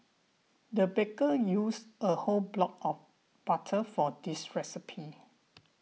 the baker used a whole block of butter for this recipe